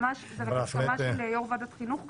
זה בהסכמה של יו"ר ועדת חינוך גם?